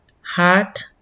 heart